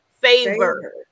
favor